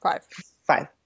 Five